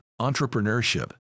entrepreneurship